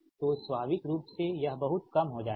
तो स्वाभाविक रूप से यह बहुत कम हो जाएगा